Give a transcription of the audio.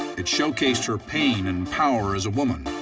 it showcased her pain and power as a woman.